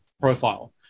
profile